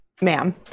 Ma'am